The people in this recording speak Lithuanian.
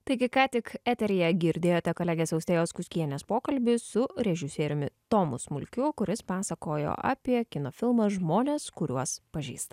taigi ką tik eteryje girdėjote kolegės austėjos kuckienės pokalbį su režisieriumi tomu smulkiu kuris pasakojo apie kino filmą žmonės kuriuos pažįstam